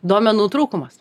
duomenų trūkumas